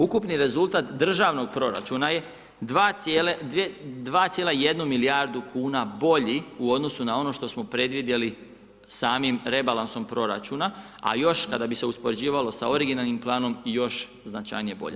Ukupni rezultat državnog proračuna je 2,1 milijardu kuna bolji u odnosu na ono što smo predvidjeli samim rebalansom proračuna a još kada bi se uspoređivalo sa originalnim planom i još značajnije bolje.